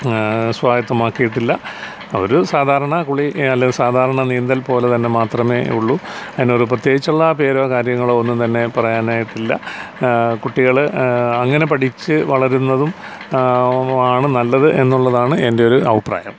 സ്വായത്തമാക്കിയിട്ടില്ല അവര് സാധാരണ കുളി അല്ലെങ്കിൽ സാധാരണ നീന്തൽ പോലെ തന്നെ മാത്രമേ ഉള്ളൂ അതിനൊരു പ്രത്യേകിച്ചുള്ള പേരോ കാര്യങ്ങളോ ഒന്നും തന്നെ പറയാനായിട്ട് ഇല്ല കുട്ടികള് അങ്ങനെ പഠിച്ച് വളരുന്നതും ആണ് നല്ലത് എന്നുള്ളതാണ് എന്റെയൊരു അഭിപ്രായം